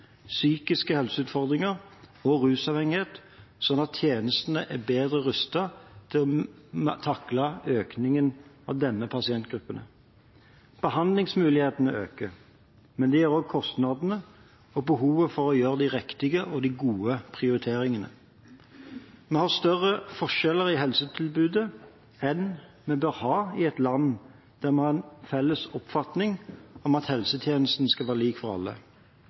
psykiske helseutfordringer og rusavhengighet, sånn at tjenestene er bedre rustet til å takle økningen av disse pasientgruppene. Behandlingsmulighetene øker, men det gjør også kostnadene og behovet for å gjøre de riktige og gode prioriteringene. Vi har større forskjeller i helsetilbudet enn vi bør ha i et land der man har en felles oppfatning om at helsetjenesten skal være lik for alle.